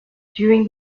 during